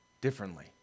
Differently